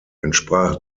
entsprach